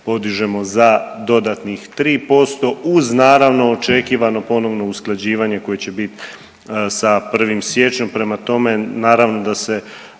podižemo za dodatnih 3% uz naravno očekivano ponovno usklađivanje koje će bit sa 1. siječnjom. Prema tome, naravno da se